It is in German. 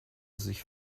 sich